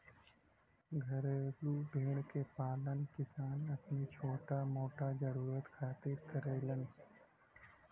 घरेलू भेड़ क पालन किसान अपनी छोटा मोटा जरुरत खातिर करेलन